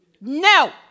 No